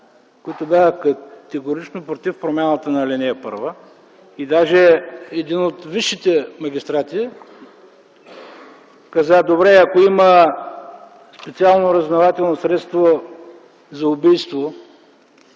които бяха категорично против промяната на ал. 1. Даже един от висшите магистрати каза: добре, ако има специално разузнавателно средство за убийство